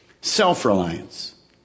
Self-reliance